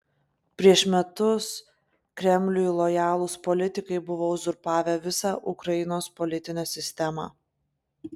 prieš metus kremliui lojalūs politikai buvo uzurpavę visą ukrainos politinę sistemą